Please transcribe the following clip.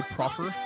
Proper